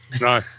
No